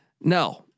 no